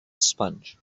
sponge